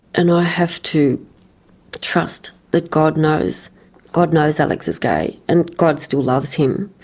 and i have to trust that god knows god knows alex is gay and god still loves him.